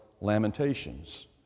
Lamentations